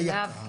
ליק"ר.